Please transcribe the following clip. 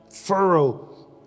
furrow